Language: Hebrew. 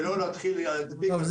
ולא להתחיל להדביק על כל מוצר את המחיר.